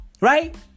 Right